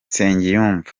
nsengiyumva